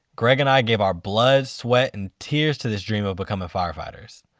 greg and i gave our blood, sweat and tears to this dream of becoming firefighters.